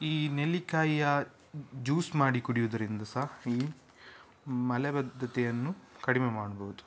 ಈ ನೆಲ್ಲಿಕಾಯಿಯ ಜ್ಯೂಸ್ ಮಾಡಿ ಕುಡಿಯುವುದರಿಂದ ಸಹ ಈ ಮಲೆಬದ್ದತೆಯನ್ನು ಕಡಿಮೆ ಮಾಡಬಹುದು